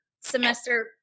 semester